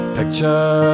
Picture